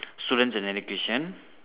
students and education